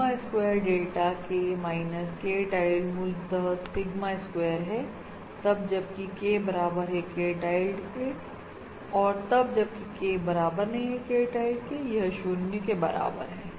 sigma square delta K minus K tilde मूलतः sigma square है तब जबकि K बराबर है K tildeऔर तब जबकि K बराबर नहीं है K tilde यह 0 के बराबर है